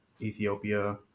Ethiopia